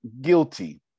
guilty